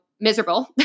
miserable